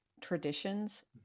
traditions